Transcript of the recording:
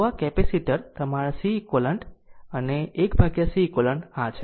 તો આ છે અને આ કેપેસિટર તમારા Ceq અને 1 Ceq આ છે